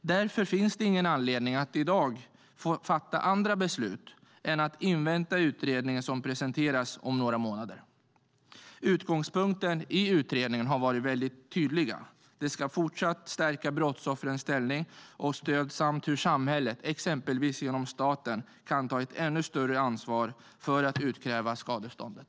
Därför finns det ingen anledning att i dag fatta andra beslut än att invänta utredningen som presenteras om några månader. Utgångspunkten i utredningen har varit väldigt tydlig: Man ska fortsatt stärka brottsoffrets ställning och stöd samt hur samhället, exempelvis genom staten, kan ta ett ännu större ansvar för att utkräva skadeståndet.